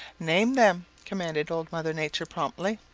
name them, commanded old mother nature promptly.